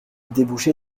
débouché